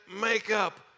makeup